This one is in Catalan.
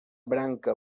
branca